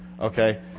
Okay